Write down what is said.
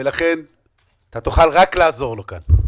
ולכן תוכל רק לעזור לו פה.